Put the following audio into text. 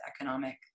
economic